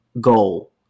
goal